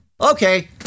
Okay